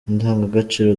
indangagaciro